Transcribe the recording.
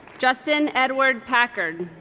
justin edward packard